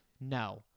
no